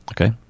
Okay